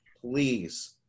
please